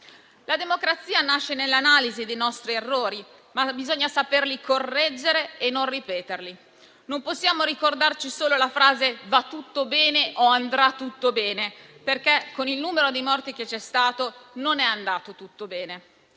La democrazia nasce nell'analisi dei nostri errori, ma bisogna saperli correggere e non ripeterli. Non possiamo ricordarci solo la frase «va tutto bene» o «andrà tutto bene», perché con il numero dei morti che c'è stato non è andato tutto bene.